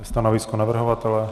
Stanovisko navrhovatele?